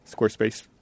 Squarespace